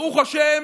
ברוך השם,